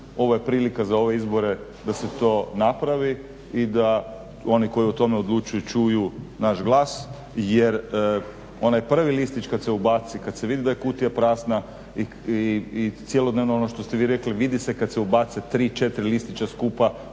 Ovo je prilika za ove izbore da se to napravi i da oni koji o tome odlučuju čuju naš glas. Jer onaj prvi listić kad se ubaci, kad se vidi da je kutija prazna i cjelodnevno ono što ste vi rekli vidi se kad se ubace 3, 4 listića skupa